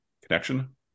connection